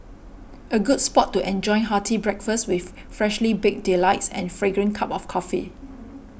a good spot to enjoying hearty breakfast with freshly baked delights and fragrant cup of coffee